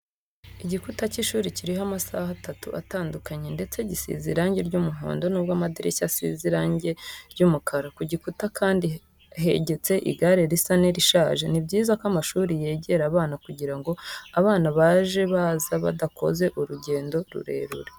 Igikuta cy'ishuri kiriho amasaha atatu atandukanye ndetse gisize irange ry'umuhondo nubwo amadirishya asize irange ry'umukara. Ku gikuta kandi hegetse igare risa n'irishaje. Ni byiza ko amashuri yegera abana kugirango abana baje baza badakoze urugendo rurerure.